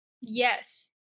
Yes